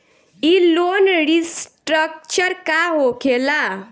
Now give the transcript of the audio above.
ई loan restructure का होखे ला?